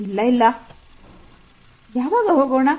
ಇಲ್ಲ ಇಲ್ಲ ಯಾವಾಗ ಹೋಗೋಣ